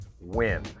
win